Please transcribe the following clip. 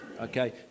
Okay